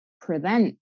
prevent